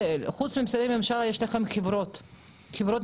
חוץ ממשרדי הממשלה יש לכם חברות ממשלתיות,